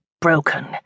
broken